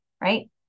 right